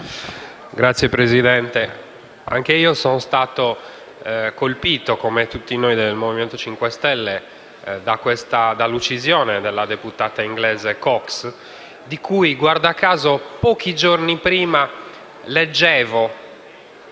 Signor Presidente, anche io sono stato colpito, come tutti noi del Movimento 5 Stelle, dall'uccisione della deputata inglese Cox, di cui - guarda caso - pochi giorni prima leggevo